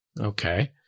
Okay